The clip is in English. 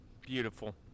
Beautiful